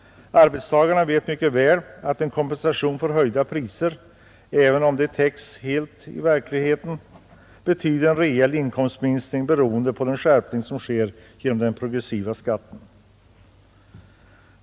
Arbetstagarna vet mycket väl att en kompensation för höjda priser, även om detta täcks helt i verkligheten, betyder en reell inkomstminskning beroende på den skärpning som sker genom den progressiva skatten.